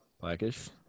blackish